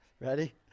Ready